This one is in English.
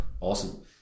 Awesome